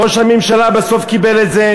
ראש הממשלה בסוף קיבל את זה,